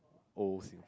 old Singapore